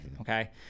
Okay